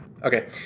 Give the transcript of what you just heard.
Okay